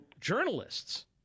journalists